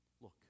Look